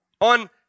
on